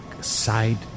side